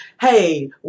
hey